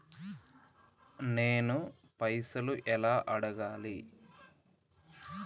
నేను పైసలు ఎలా అడగాలి?